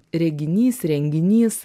reginys renginys